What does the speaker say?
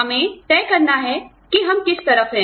हमें तय करना है कि हम किस तरफ हैं